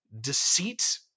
deceit